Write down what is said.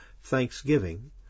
thanksgiving